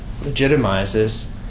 legitimizes